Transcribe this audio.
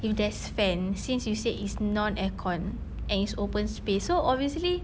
if there's fan since you said is non aircon and it's open space so obviously